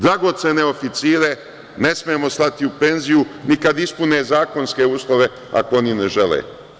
Dragocene oficire ne smemo slati u penziju ni kada ispune zakonske uslove, ako oni ne žele.